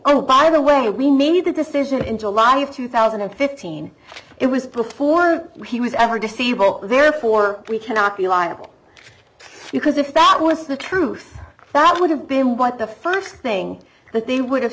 oh by the way we made the decision in july of two thousand and fifteen it was before he was ever disabled therefore we cannot be liable because if that was the truth that would have been what the st thing that they would have